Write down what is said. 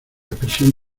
expresión